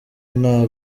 nta